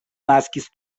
naskis